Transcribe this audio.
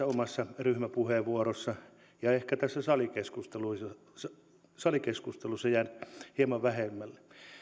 omassa ryhmäpuheenvuorossa ja ehkä tässä salikeskustelussa salikeskustelussa jäivät hieman vähemmälle